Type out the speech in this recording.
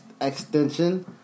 extension